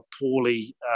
poorly